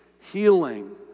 healing